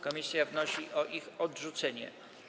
Komisja wnosi o ich odrzucenie.